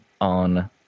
on